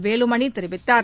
வேலுமணி தெரிவித்தார்